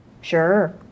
Sure